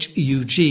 HUG